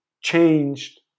changed